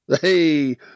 Hey